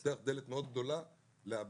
זה פותח דלת מאוד גדולה ל-abuse.